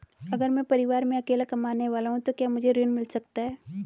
अगर मैं परिवार में अकेला कमाने वाला हूँ तो क्या मुझे ऋण मिल सकता है?